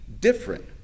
different